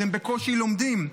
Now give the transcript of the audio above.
אז הם בקושי לומדים.